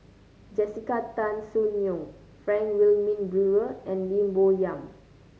Jessica Tan Soon Neo Frank Wilmin Brewer and Lim Bo Yam